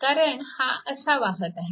कारण हा असा वाहत आहे